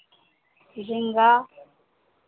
झिङ्गा